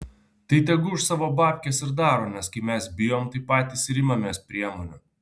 tai tegu už savo babkes ir daro nes kai mes bijom tai patys ir imamės priemonių